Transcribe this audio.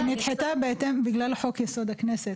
היא נדחתה בגלל חוק יסוד הכנסת,